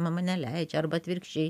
mama neleidžia arba atvirkščiai